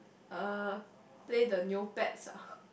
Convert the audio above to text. uh play the Neopets ah